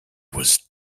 was